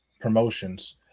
promotions